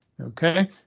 okay